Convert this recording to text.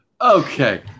Okay